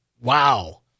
wow